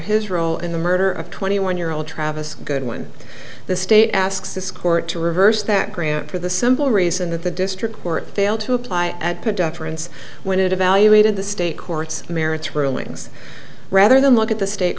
his role in the murder of twenty one year old travis good when the state asks this court to reverse that grant for the simple reason that the district court failed to apply at deference when it evaluated the state courts merits rulings rather than look at the state